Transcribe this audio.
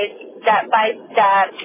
step-by-step